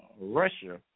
Russia